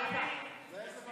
ההצעה